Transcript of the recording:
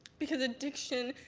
because addiction,